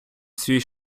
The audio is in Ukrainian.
свій